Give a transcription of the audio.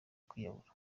kwiyahura